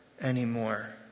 anymore